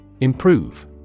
Improve